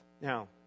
Now